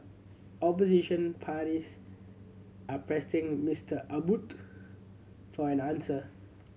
opposition parties are pressing Mister Abbott for an answer